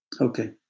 Okay